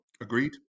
Agreed